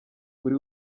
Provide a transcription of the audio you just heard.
buri